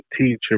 teacher